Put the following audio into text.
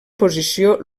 posició